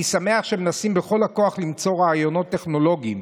אני שמח שמנסים בכל הכוח למצוא רעיונות טכנולוגיים.